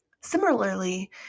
Similarly